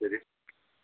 ശരി